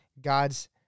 God's